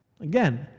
Again